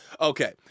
Okay